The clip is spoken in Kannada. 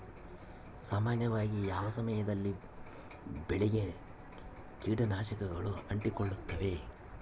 ಸಾಮಾನ್ಯವಾಗಿ ಯಾವ ಸಮಯದಲ್ಲಿ ಬೆಳೆಗೆ ಕೇಟನಾಶಕಗಳು ಅಂಟಿಕೊಳ್ಳುತ್ತವೆ?